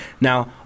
Now